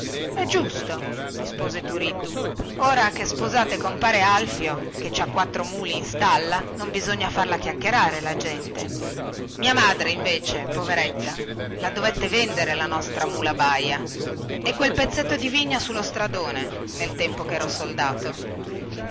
è giusto rispose turiddu ora che sposate compare alfio che ci ha quattro muli in stalla non bisogna farla chiacchierare la gente mia madre invece poveretta la dovette vendere la nostra mula baia e quel pezzetto di vigna sullo stradone nel tempo chero soldato